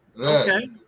Okay